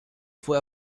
fue